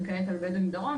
וכעת על הבדואים בדרום,